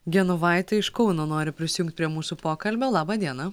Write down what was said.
genovaitė iš kauno nori prisijungt prie mūsų pokalbio laba diena